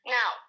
now